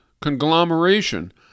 conglomeration